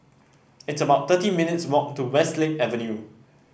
it's about thirty minutes walk to Westlake Avenue